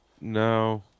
No